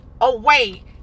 away